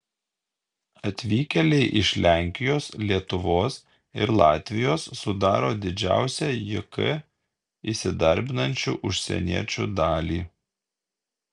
atvykėliai iš lenkijos lietuvos ir latvijos sudaro didžiausią jk įsidarbinančių užsieniečių dalį